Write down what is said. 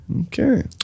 Okay